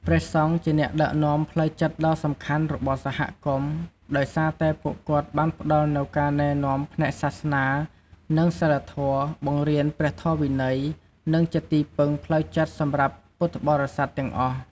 ព្រះសង្ឃជាអ្នកដឹកនាំផ្លូវចិត្តដ៏សំខាន់របស់សហគមន៍ ដោយសារតែពួកគាត់បានផ្ដល់នូវការណែនាំផ្នែកសាសនា និងសីលធម៌ បង្រៀនព្រះធម៌វិន័យ និងជាទីពឹងផ្លូវចិត្តសម្រាប់ពុទ្ធបរិស័ទទាំងអស់។